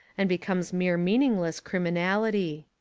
and becomes mere meaningless criminal ity.